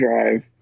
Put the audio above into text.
Drive